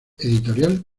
editorial